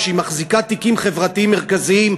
כשהיא מחזיקה תיקים חברתיים מרכזיים,